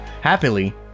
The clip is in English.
Happily